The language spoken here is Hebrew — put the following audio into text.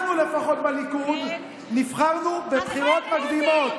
אנחנו לפחות בליכוד נבחרנו בבחירות מקדימות.